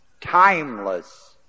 timeless